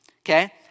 okay